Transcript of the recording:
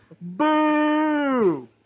Boo